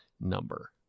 number